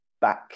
back